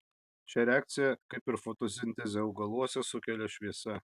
šią reakciją kaip ir fotosintezę augaluose sukelia šviesa